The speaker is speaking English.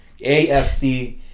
AFC